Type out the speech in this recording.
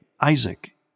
Isaac